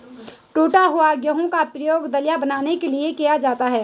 टूटे हुए गेहूं का प्रयोग दलिया बनाने के लिए किया जाता है